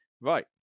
right